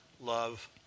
love